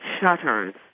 shutters